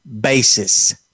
basis